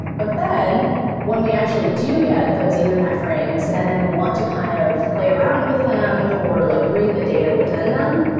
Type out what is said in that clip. but then when we actually do get those ethernet frames and then we want to kind of play around with them or like read the data within them,